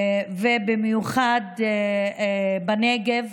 ובמיוחד בנגב.